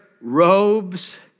robes